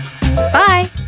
Bye